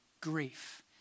grief